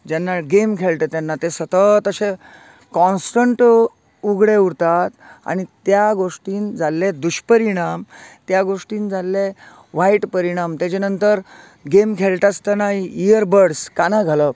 जेन्ना गेम खेळटा तेन्ना तें सतत अशे काॅन्स्टंट उगडे उरतात आनी त्या गोष्टीन जाल्ले दुश्परिणाम त्या गोष्टीन जाल्ले वायट परिणाम तेज्या नंतर गेम खेळटा आसतनाय इयर बडस कानाक घालप